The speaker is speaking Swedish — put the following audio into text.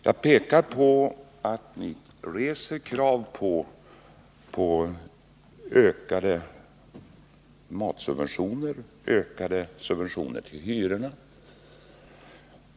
Jag pekar på att ni reser krav på ökade matsubventioner och ökade subventioner av hyrorna.